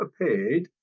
appeared